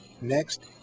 Next